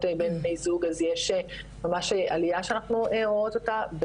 בין בני זוג אז יש ממש עליה שאנחנו רואות אותה,